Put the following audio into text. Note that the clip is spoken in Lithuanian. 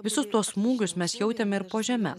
visus tuos smūgius mes jautėme ir po žeme